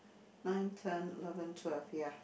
nine ten eleven twelve ya